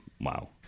wow